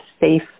safe